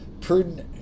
prudent